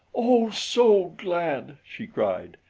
oh, so glad! she cried.